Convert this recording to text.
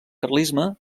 carlisme